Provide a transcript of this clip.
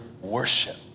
worship